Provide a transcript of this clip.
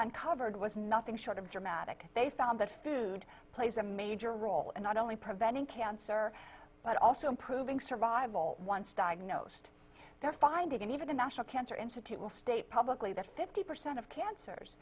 on covered was nothing short of dramatic they found that food plays a major role in not only preventing cancer but also improving survival once diagnosed their finding and even the national cancer institute will state publicly that fifty percent of cancers